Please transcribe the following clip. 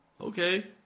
Okay